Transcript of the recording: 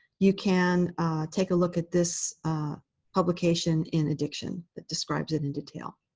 you can take a look at this publication in addiction that describes it in detail.